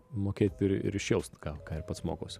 mokėt ir ir išjaust ką ką ir pats mokausi